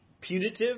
punitive